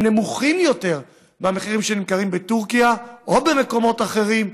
נמוכים יותר מהמחירים שנמכרים בטורקיה או במקומות אחרים,